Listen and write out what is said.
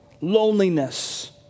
loneliness